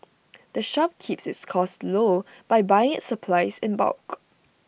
the shop keeps its costs low by buying its supplies in bulk